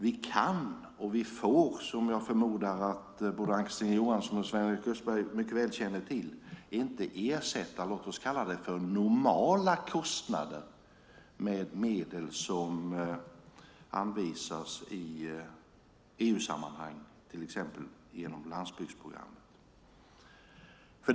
Vi kan inte och får inte, vilket jag förmodar att Ann-Kristine Johansson och Sven-Erik Österberg väl känner till, ersätta "normala" kostnader med medel som anvisas i EU-sammanhang, till exempel genom landsbygdsprogrammet.